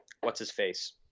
what's-his-face